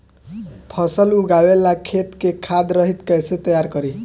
फसल उगवे ला खेत के खाद रहित कैसे तैयार करी?